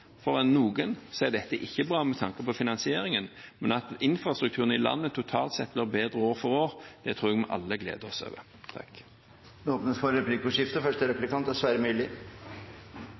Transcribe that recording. for mange i Nordhordland. For noen er dette ikke bra. Men at infrastrukturen i landet totalt sett blir bedre år for år, tror jeg vi alle gleder oss over. Det blir replikkordskifte. Vi hører samferdselsministeren si i flere av disse sakene og også nå i dag at han og Fremskrittspartiet er